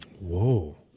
Whoa